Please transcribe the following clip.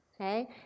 Okay